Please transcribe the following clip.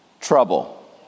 trouble